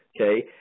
okay